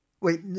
Wait